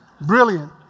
Brilliant